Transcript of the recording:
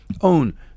own